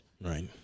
Right